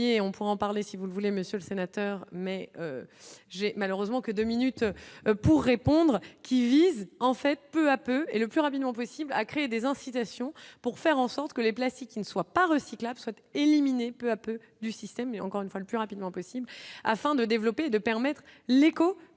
on pourra en parler si vous voulez, monsieur le sénateur, mais j'ai malheureusement que 2 minutes. Pour répondre, qui vise en fait peu à peu et le plus rapidement possible à créer des incitations pour faire en sorte que les plastiques qui ne soit pas recyclables souhaite éliminer peu à peu du système et encore une fois le plus rapidement possible afin de développer, de permettre l'éco-conception